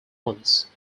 ones